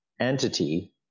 entity